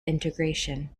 integration